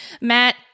Matt